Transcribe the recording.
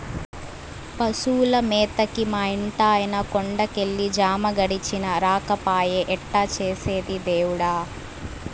పశువుల మేతకి మా ఇంటాయన కొండ కెళ్ళి జాము గడిచినా రాకపాయె ఎట్టా చేసేది దేవుడా